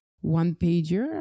one-pager